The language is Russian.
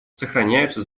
сохраняются